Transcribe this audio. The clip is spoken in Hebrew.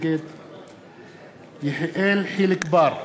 נגד יחיאל חיליק בר,